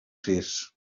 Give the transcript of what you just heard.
sis